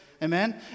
Amen